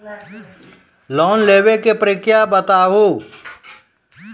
Loan लेवे के प्रक्रिया बताहू?